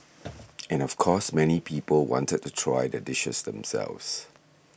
and of course many people wanted to try the dishes themselves